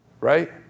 Right